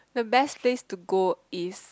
the best place to go is